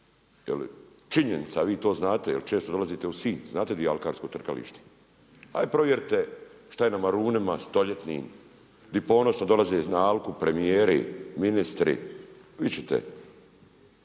činjenica a vi to znate jer često dolazite u Sinj, znate gdje je alkarsko trkalište. Ajde provjerite šta je na Marunima, stoljetnim, gdje ponosno dolaze na alku premijeri, ministri, vidjeti